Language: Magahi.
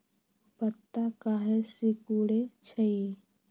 पत्ता काहे सिकुड़े छई?